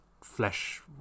flesh